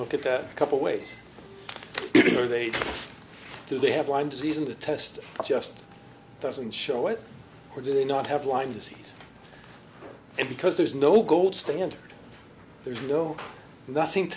look at that couple ways are they do they have lyme disease in the test just doesn't show it or do they not have lyme disease and because there's no gold standard there's no nothing